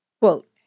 quote